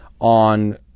on